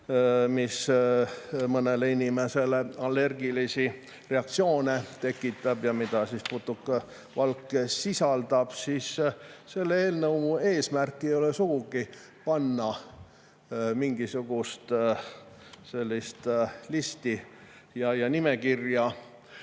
mis mõnele inimesele allergilisi reaktsioone tekitab ja mida putukavalk sisaldab, siis selle eelnõu eesmärk ei ole sugugi [teha] mingisugust listi, nimekirja